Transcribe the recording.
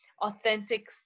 authentic